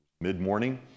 Mid-morning